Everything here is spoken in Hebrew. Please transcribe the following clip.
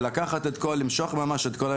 המחוקקים עשו את העבודה